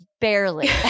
barely